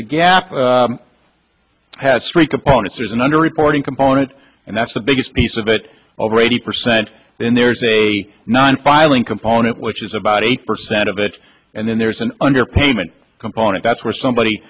the gap has three components there's an under reported component and that's the biggest piece of it over eighty percent and there's a non filing component which is about eighty percent of it and then there's an underpayment component that's where somebody